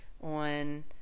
on